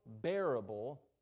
bearable